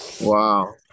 Wow